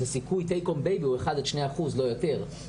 אז הסיכוי הוא 1 עד 2%, לא יותר.